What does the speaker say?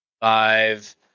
five